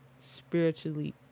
spiritually